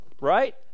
right